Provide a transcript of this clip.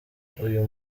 uyu